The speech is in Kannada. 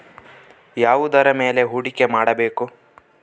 ಯಾವುದರ ಮೇಲೆ ಹೂಡಿಕೆ ಮಾಡಬೇಕು?